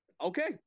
okay